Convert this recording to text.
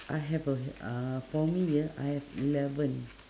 I have a uhh for me ah I have eleven